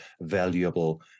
valuable